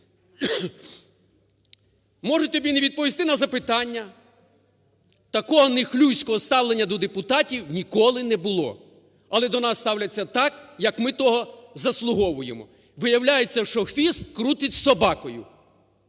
можуть тоді не відповісти на запитання. Такого нехлюйського ставлення до депутатів ніколи не було. Але до нас ставлять так, як ми того заслуговуємо. Виявляється, що хвіст крутить собакою